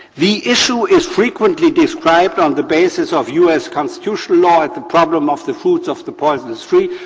the issue is frequently described on the basis of us constitutional law as the problem of the fruits of the poisonous tree.